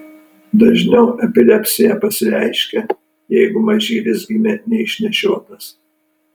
dažniau epilepsija pasireiškia jeigu mažylis gimė neišnešiotas